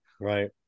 Right